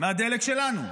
מהדלק שלנו.